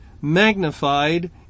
magnified